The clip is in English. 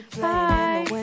Bye